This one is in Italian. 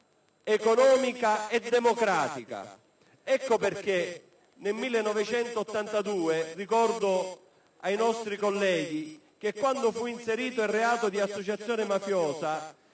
economica e democratica. Ecco perché nel 1982 - lo ricordo ai colleghi ‑ quando fu inserito il reato di associazione mafiosa,